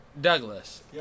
Douglas